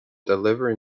delivery